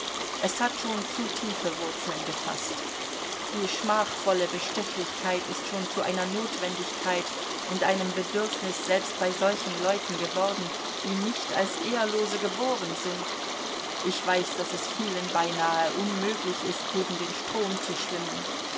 es hat schon zu tiefe wurzeln gefaßt die schmachvolle bestechlichkeit ist schon zu einer notwendigkeit und einem bedürfnis selbst bei solchen leuten geworden die nicht als ehrlose geboren sind ich weiß daß es vielen beinahe unmöglich ist gegen den strom zu schwimmen